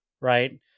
right